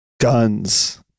guns